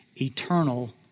eternal